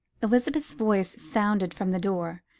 elizabeth's voice sounded from the door.